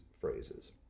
phrases